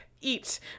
eat